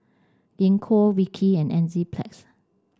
Gingko Vichy and Enzyplex